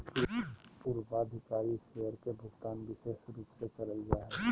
पूर्वाधिकारी शेयर के भुगतान विशेष रूप से करल जा हय